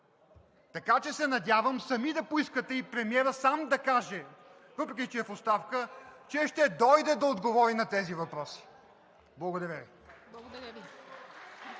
икономика. Надявам се сами да поискате и премиерът сам да каже, въпреки че е в оставка, че ще дойде да отговори на тези въпроси. Благодаря Ви.